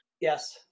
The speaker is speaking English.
Yes